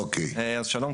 אז שלום,